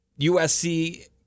USC